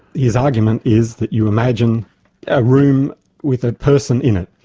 his argument is that you imagine a room with a person in it.